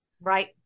Right